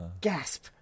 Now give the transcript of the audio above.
Gasp